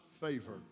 favor